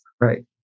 Right